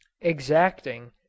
exacting